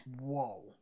Whoa